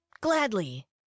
Gladly